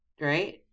Right